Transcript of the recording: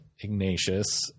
Ignatius